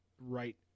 right